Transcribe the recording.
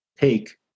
take